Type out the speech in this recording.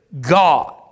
God